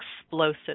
explosive